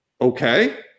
Okay